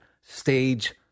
stage